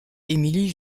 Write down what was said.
emilie